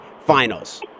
Finals